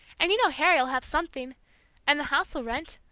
and you know harry'll have something and the house will rent.